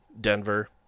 Denver